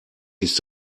ist